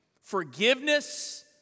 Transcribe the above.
Forgiveness